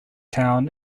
town